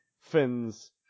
fins